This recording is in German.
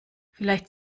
vielleicht